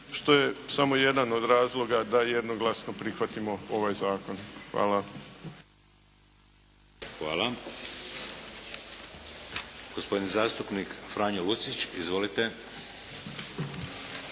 što je samo jedan od razloga da jednoglasno prihvatimo ovaj zakon. Hvala. **Šeks, Vladimir (HDZ)** Hvala. Gospodin zastupnik Franjo Lucić. Izvolite.